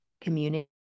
community